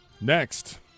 Next